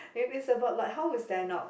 if it's about like how we stand out